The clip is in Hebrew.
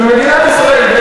של מדינת ישראל.